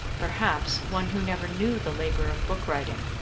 perhaps one who never knew the labour of bookwriting,